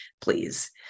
please